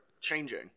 changing